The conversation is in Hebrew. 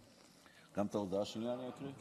גם את ההודעה השנייה אני אקריא?